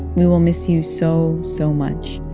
we will miss you so, so much,